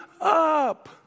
up